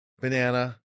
banana